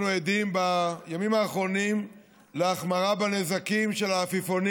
אנחנו עדים בימים האחרונים להחמרה בנזקים של העפיפונים